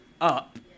up